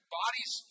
bodies